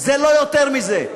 זה לא יותר מזה.